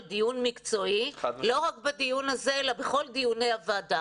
דיון מקצועי ולא רק בדיון הזה אלא בכל דיוני הוועדה.